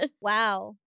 Wow